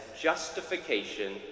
justification